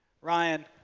Ryan